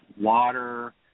water